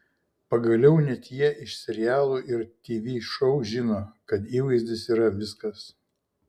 pagaliau net jie iš serialų ir tv šou žino kad įvaizdis yra viskas